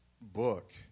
book